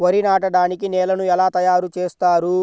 వరి నాటడానికి నేలను ఎలా తయారు చేస్తారు?